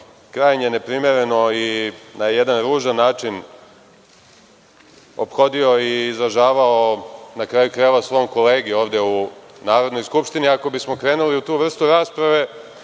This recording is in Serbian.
krajnje ne primereno i na jedan ružan način ophodio i izražavao, na kraju krajeva o svom kolegi ovde u Narodnoj skupštini. Ako bismo krenuli u tu vrstu rasprave,